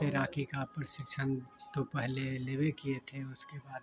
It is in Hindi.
तैराक़ी का प्रशिक्षण तो पहले ले बे भी किए थे उसके बाद